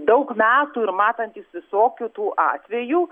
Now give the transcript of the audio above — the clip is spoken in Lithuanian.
daug metų ir matantys visokių tų atvejų